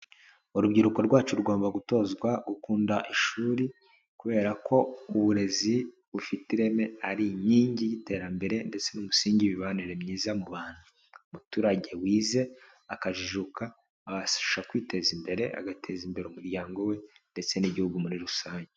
Urubyiruko rwacu rugomba gutozwa gukunda ishuri kubera ko uburezi bufite ireme ari inkingi y'iterambere ndetse n'umusingi w'banire myiza mu bantu, umuturage wize akajijuka abasha kwiteza imbere, agateza imbere umuryango we ndetse n'igihugu muri rusange.